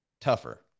tougher